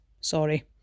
Sorry